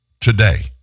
today